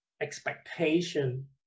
expectation